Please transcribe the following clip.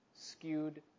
skewed